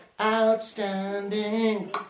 outstanding